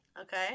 Okay